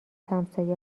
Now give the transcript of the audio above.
همسایه